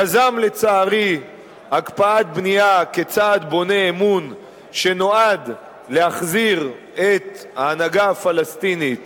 יזם לצערי הקפאת בנייה כצעד בונה אמון שנועד להחזיר את ההנהגה הפלסטינית